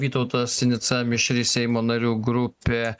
vytautas sinica mišri seimo narių grupė